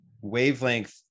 wavelength